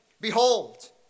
behold